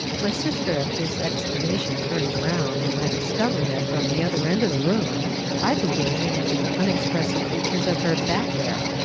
my sister at this exclamation turns round, and i discover that from the other end of the room i have been gazing at the unexpressive features of her back hair,